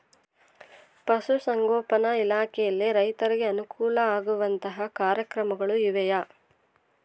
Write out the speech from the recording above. ಪಶುಸಂಗೋಪನಾ ಇಲಾಖೆಯಲ್ಲಿ ರೈತರಿಗೆ ಅನುಕೂಲ ಆಗುವಂತಹ ಕಾರ್ಯಕ್ರಮಗಳು ಇವೆಯಾ?